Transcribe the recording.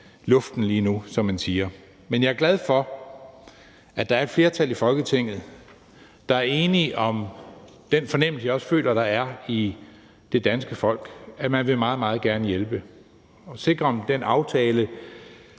luften lige nu, som man siger – men jeg er glad for, at der er et flertal i Folketinget, der er enige om den fornemmelse, som jeg også føler der er i det danske folk, altså at man meget, meget gerne vil hjælpe og sikre den aftale,